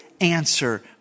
answer